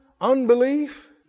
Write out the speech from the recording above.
unbelief